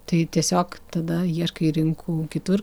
tai tiesiog tada ieškai rinkų kitur